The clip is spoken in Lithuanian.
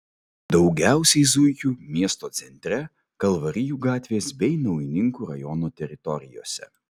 daugiausiai zuikių miesto centre kalvarijų gatvės bei naujininkų rajono teritorijose